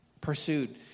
pursued